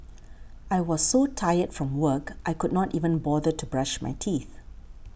I was so tired from work I could not even bother to brush my teeth